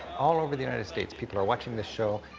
all over the united states, people are watching this show,